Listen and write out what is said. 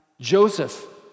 Joseph